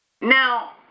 Now